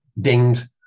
dinged